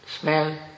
smell